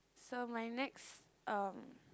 so my next uh